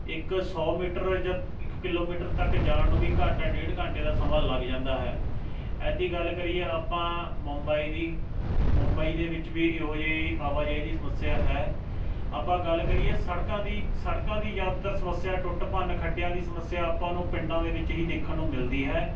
ਇੱਕ ਸੌ ਮੀਟਰ ਜਦ ਇੱਕ ਕਿਲੋਮੀਟਰ ਤੱਕ ਜਾਣ ਨੂੰ ਵੀ ਘੰਟਾ ਡੇਢ ਘੰਟੇ ਦਾ ਸਮਾਂ ਲੱਗ ਜਾਂਦਾ ਹੈ ਐਦੀਂ ਗੱਲ ਕਰੀਏ ਆਪਾਂ ਮੁੰਬਈ ਦੀ ਮੁੰਬਈ ਦੇ ਵਿੱਚ ਵੀ ਇਹੋ ਜਿਹੇ ਹੀ ਆਵਾਜਾਈ ਦੀ ਸਮੱਸਿਆ ਹੈ ਆਪਾਂ ਗੱਲ ਕਰੀਏ ਸੜਕਾਂ ਦੀ ਸੜਕਾਂ ਦੀ ਜ਼ਿਆਦਾਤਰ ਸਮੱਸਿਆ ਟੁੱਟ ਭੰਨ ਖੱਡਿਆਂ ਦੀ ਸਮੱਸਿਆ ਆਪਾਂ ਨੂੰ ਪਿੰਡਾਂ ਦੇ ਵਿੱਚ ਹੀ ਦੇਖਣ ਨੂੰ ਮਿਲਦੀ ਹੈ